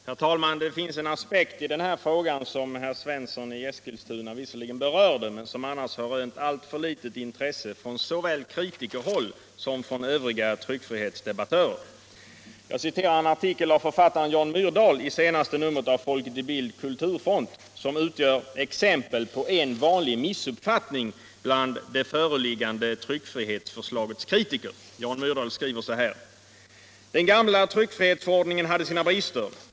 Herr talman! Det finns en aspekt i denna fråga som herr Svensson i Eskilstuna visserligen berörde men som annars har rönt alltför litet intresse såväl från kritikerhåll som från övriga tryckfrihetsdebattörers sida. Jag citerar en artikel av författaren Jan Myrdalisenaste numret av Folket i Bild/Kulturfront som utgör exempel på en vanlig missuppfattning bland det föreliggande tryckfrihetsförslagets kritiker: ”den gamila Tryckfrihetsförordningen hade sina brister.